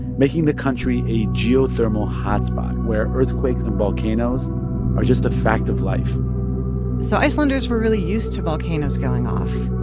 making the country a geothermal hot spot, where earthquakes and volcanoes are just a fact of life so icelanders were really used to volcanoes going off.